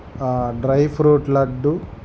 dry fruit laddu